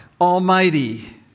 Almighty